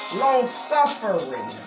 long-suffering